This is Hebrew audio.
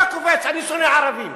אתה קופץ: אני שונא ערבים.